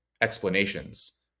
explanations